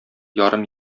ярым